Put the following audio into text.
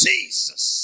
Jesus